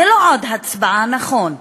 זו לא עוד הצבעה, נכון,